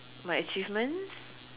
my achievements